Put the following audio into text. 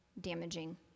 damaging